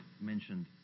mentioned